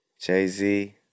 Jay-Z